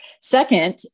Second